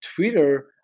Twitter